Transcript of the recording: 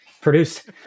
produced